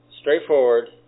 straightforward